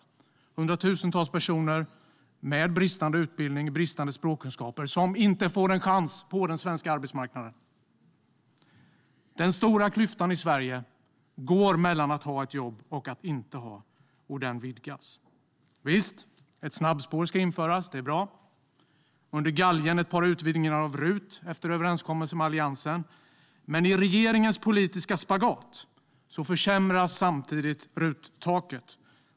Det är hundratusentals personer med bristande utbildning och bristande språkkunskaper som inte får en chans på den svenska arbetsmarknaden. Den stora klyftan i Sverige går mellan dem som har ett jobb och dem som inte har det, och den vidgas. Visst, ett snabbspår ska införas, och det är bra. Under galgen sker ett par utvidgningar av RUT, efter överenskommelser med Alliansen. Men i regeringens politiska spagat försämras samtidigt RUT-taket.